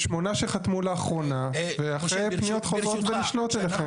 8 שחתמו לאחרונה ואחרי פניות חוזרות ונשנות אליכם.